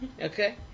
okay